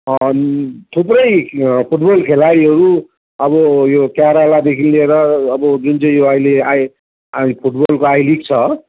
थुप्रै फुटबल खेलाडीहरू अब यो केरेलादेखि लिएर अब जुन चाहिँ यो अहिले आई आई फुटबलको आइलिग छ